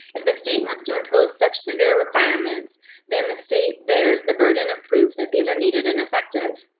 if the state wants to impose such severe requirements than the state bears the burden of proof that these are needed in affective.